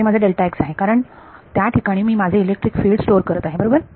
हे माझे आहे कारण त्या ठिकाणी मी माझे इलेक्ट्रिक फील्ड स्टोअर करत आहे बरोबर